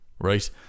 right